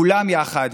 כולם יחד,